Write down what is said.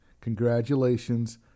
Congratulations